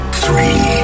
three